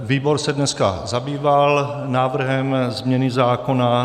Výbor se dneska zabýval návrhem změny zákona.